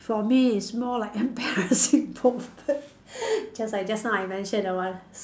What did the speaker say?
for me is more like embarassing moment just like just now I mention that one